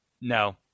No